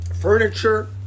furniture